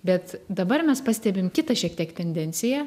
bet dabar mes pastebim kitą šiek tiek tendenciją